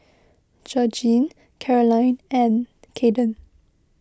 Georgine Carolyne and Caden